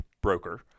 broker